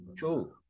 Cool